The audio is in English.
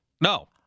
No